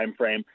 timeframe